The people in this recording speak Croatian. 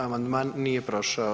Amandman nije prošao.